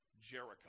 Jericho